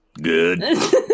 Good